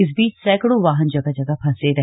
इस बीच सैकड़ों वाहन जगह जगह फंसे रहे